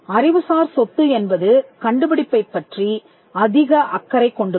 அறிவுசார் சொத்து என்பது கண்டுபிடிப்பைப் பற்றி அதிக அக்கறை கொண்டுள்ளது